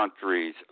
countries